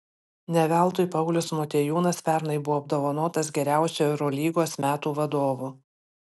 ne veltui paulius motiejūnas pernai buvo apdovanotas geriausiu eurolygos metų vadovu